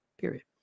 Period